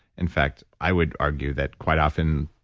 in fact, i would argue that, quite often,